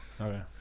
Okay